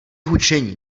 hučení